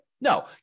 No